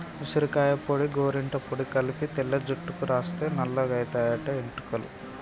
ఉసిరికాయ పొడి గోరింట పొడి కలిపి తెల్ల జుట్టుకు రాస్తే నల్లగాయితయి ఎట్టుకలు